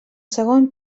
segons